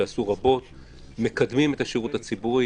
שעשו רבות ומקדמים את השירות הציבורי.